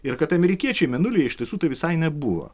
ir kad amerikiečiai mėnulyje iš tiesų tai visai nebuvo